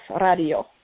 Radio